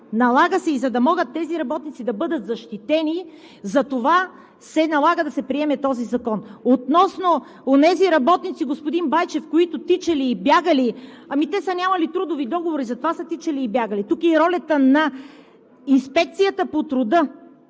налага, за да могат тези работници да бъдат защитени и затова се налага да се приеме този закон. Относно онези работници, господин Байчев, които са тичали и бягали, ами те са нямали трудови договори и затова са тичали и бягали. Тук е и ролята на Инспекцията по труда,